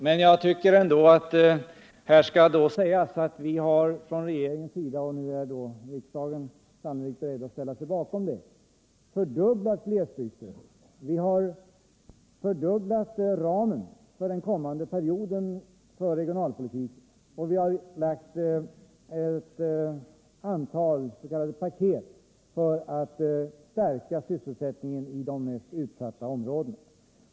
Men här skall ändå framhållas att vi från regeringens sida — och nu är riksdagen sannolikt beredd att ställa sig bakom detta — har fördubblat glesbygdsstödet. Vi har fördubblat ramen för regionalpolitiken för den kommande perioden. Vi har framlagt ett antal s.k. paket för att stärka sysselsättningen i de mest utsatta områdena.